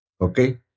okay